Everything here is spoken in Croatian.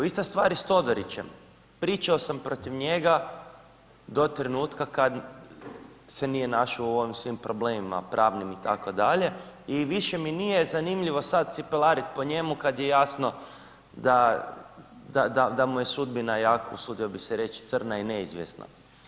Ista stvar je s Todorićem, pričao sam protiv njega do trenutka kada se nije našao u svim ovim problemima pravnim itd. i više mi nije zanimljivo sad cipelarit po njemu kada je jasno da mu je sudbina jako, usudio bih se reć crna i neizvjesna.